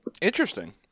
Interesting